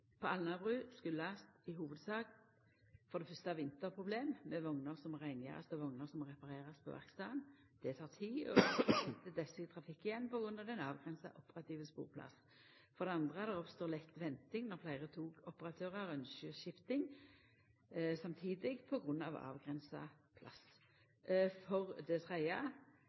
på Alnabru har i hovudsak si årsak i: Vinterproblem med vogner som må reingjerast og vogner som må reparerast på verkstaden. Det tek tid å få sett desse i trafikk igjen på grunn av avgrensa operativ sporplass. Det oppstår lett venting når fleire togoperatørar ynskjer skifting samtidig på grunn av avgrensa plass. Det